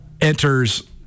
enters